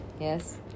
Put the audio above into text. Yes